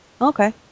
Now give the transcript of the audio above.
okay